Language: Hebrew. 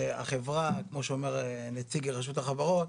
שהחברה כמו שאומר נציג רשות החברות,